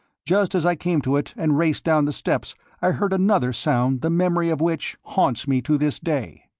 just as i came to it and raced down the steps i heard another sound the memory of which haunts me to this day.